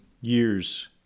years